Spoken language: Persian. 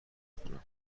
بخونم